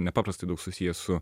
nepaprastai daug susijęs su